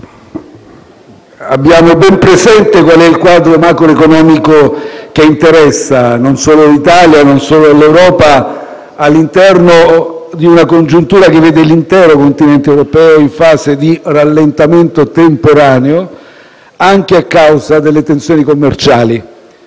Abbiamo ben presente qual è il quadro macroeconomico che interessa non solo l'Italia e non solo l'Europa, all'interno di una congiuntura che vede l'intero continente europeo in fase di rallentamento temporaneo, anche a causa delle tensioni commerciali.